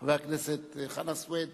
חבר הכנסת חנא סוייד